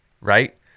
right